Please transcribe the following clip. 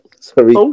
sorry